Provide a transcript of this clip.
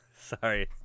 Sorry